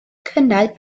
cynnau